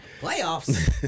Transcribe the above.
Playoffs